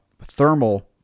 thermal